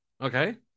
okay